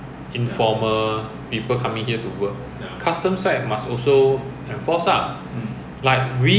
so end up the whole singapore all the cars have a third brake light because so that when you go malaysia there is no issue